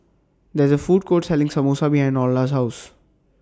There IS A Food Court Selling Samosa behind Orla's House